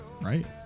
Right